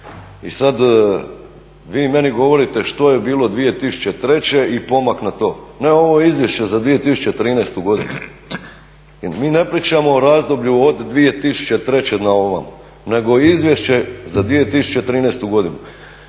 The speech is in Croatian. i sada vi meni govorite što je bilo 2003. i pomak na to. Ne ovo izvješće za 2013. godinu. Mi ne pričamo o razdoblju od 2003. na ovamo, nego izvješće za 2013. godinu.